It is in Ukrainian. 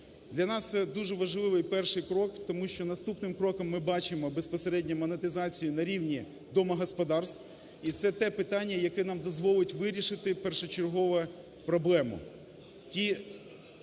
Для нас це дуже важливий перший крок тому що наступним кроком ми бачимо безпосередньо монетизацію на рівні домогосподарств і це те питання, яке нам дозволить вирішити першочергово проблему.